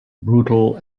brutal